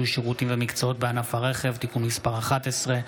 שירותים ומקצועות בענף הרכב (תיקון מס' 11),